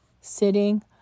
sitting